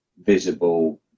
visible